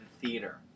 theater